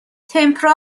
تِمپِرا